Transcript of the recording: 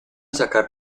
sacar